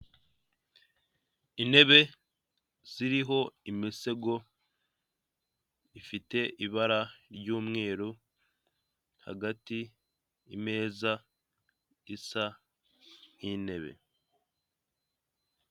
Intebe ziriho imisego ifite ibara ry'umweru, hagati imeza isa nk'intebe.